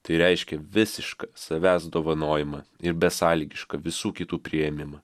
tai reiškia visišką savęs dovanojimą ir besąlygišką visų kitų priėmimą